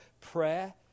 prayer